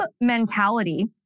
mentality